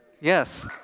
yes